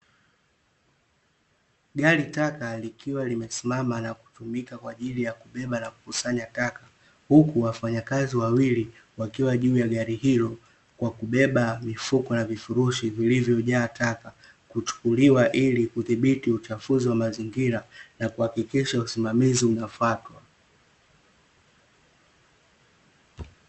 Gari taka likiwa limesimama na kutumika kwa ajili ya kubeba na kukusanya taka, huku wafanyakazi wawili wakiwa juu ya gari hilo kwakubeba mifuko na vifurushi vilivyo jaa taka kuchukuliwa ilikudhibiti uchafuzi wa mazingira na kuhakikisha usimamizi unafuatwa.